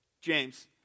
James